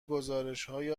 گزارشهای